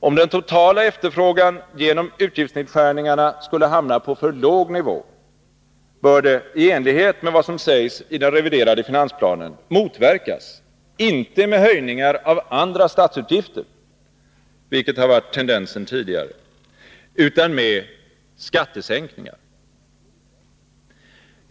Om den totala efterfrågan genom utgiftsnedskärningarna skulle hamna på för låg nivå, bör det i enlighet med vad som sägs i den reviderade finansplanen motverkas, inte med ökningar av andra statsutgifter — vilket har varit tendensen tidigare — utan med skattesänkningar.